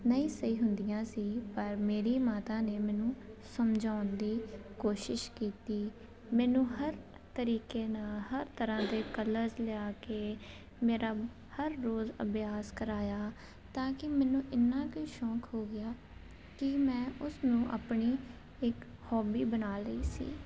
ਨਹੀਂ ਸਹੀ ਹੁੰਦੀਆਂ ਸੀ ਪਰ ਮੇਰੀ ਮਾਤਾ ਨੇ ਮੈਨੂੰ ਸਮਝਾਉਣ ਦੀ ਕੋਸ਼ਿਸ਼ ਕੀਤੀ ਮੈਨੂੰ ਹਰ ਤਰੀਕੇ ਨਾਲ ਹਰ ਤਰ੍ਹਾਂ ਦੇ ਕਲਰਸ ਲਿਆ ਕੇ ਮੇਰਾ ਹਰ ਰੋਜ਼ ਅਭਿਆਸ ਕਰਵਾਇਆ ਤਾਂ ਕਿ ਮੈਨੂੰ ਇੰਨਾ ਕੁ ਸ਼ੌਂਕ ਹੋ ਗਿਆ ਕਿ ਮੈਂ ਉਸ ਨੂੰ ਆਪਣੀ ਇੱਕ ਹੋਬੀ ਬਣਾ ਲਈ ਸੀ